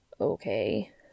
Okay